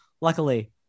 luckily